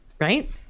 right